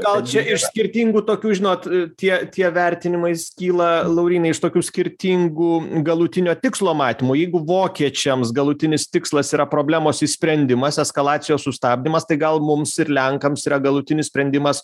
gal čia iš skirtingų tokių žinot tie tie vertinimai skyla laurynai iš tokių skirtingų galutinio tikslo matymų jeigu vokiečiams galutinis tikslas yra problemos išsprendimas eskalacijos sustabdymas tai gal mums ir lenkams yra galutinis sprendimas